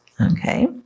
Okay